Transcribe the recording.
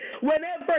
whenever